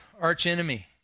archenemy